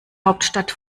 hauptstadt